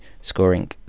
scoring